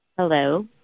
Hello